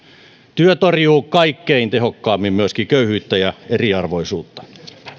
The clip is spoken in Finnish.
työ torjuu kaikkein tehokkaimmin myöskin köyhyyttä ja eriarvoisuutta